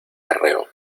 arreo